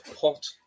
pot